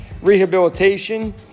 Rehabilitation